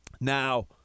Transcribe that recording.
Now